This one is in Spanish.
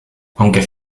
aunque